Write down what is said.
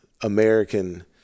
American